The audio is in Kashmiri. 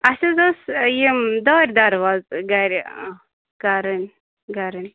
اَسہِ حظ اوس یِم دارِ دَروازٕ گَرِ کَرٕنۍ گَرٕنۍ